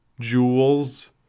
jewels